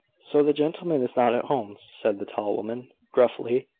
so the gentleman is not at home, said the tall woman, gruffly.